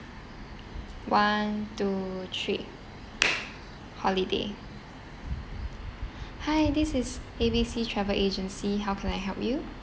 one two three holiday hi this is A B C travel agency how can I help you